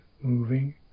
moving